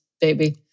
baby